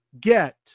get